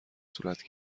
صورت